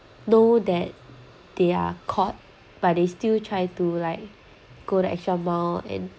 know that they are caught but they still try to like go the extra mile and